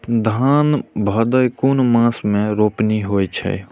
धान भदेय कुन मास में रोपनी होय छै?